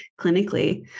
clinically